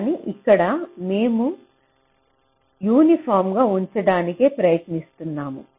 కానీ ఇక్కడ మేము యూనిఫాంగా వుంచడానకై ప్రయత్నిస్తున్నాము